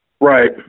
Right